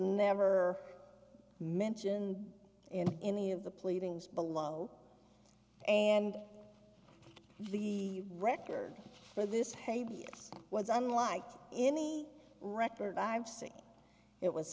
never mentioned in any of the pleadings below and the record for this haiti was unlike any record i've seen it was